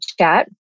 chat